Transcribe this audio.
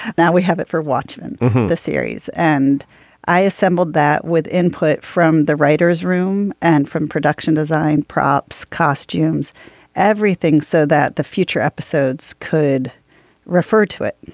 we have it for watchmen the series and i assembled that with input from the writers room and from production design props costumes everything so that the future episodes could refer to it.